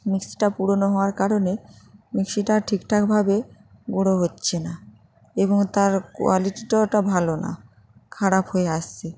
মিক্সিটা পুরোনো হওয়ার কারণে মিক্সিটা ঠিকঠাকভাবে গুঁড়ো হচ্ছে না এবং তার কোয়ালিটিটাওটা ভালো না খারাপ হয়ে আসছে